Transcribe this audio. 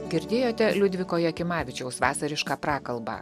girdėjote liudviko jakimavičiaus vasarišką prakalbą